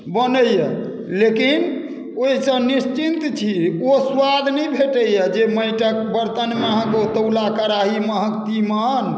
बनैए लेकिन ओहिसँ निश्चिन्त छी ओ स्वाद नहि भेटैए जे माटिक बरतनमे अहाँके ओ तौला कराही महक तीमन